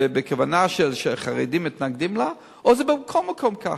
בכוונה, שחרדים מתנגדים לכך, או שזה בכל מקום ככה?